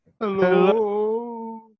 Hello